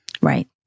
Right